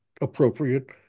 appropriate